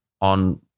on